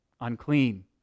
unclean